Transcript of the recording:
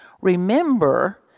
Remember